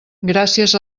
gràcies